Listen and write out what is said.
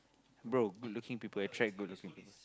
bro good looking people attract good looking people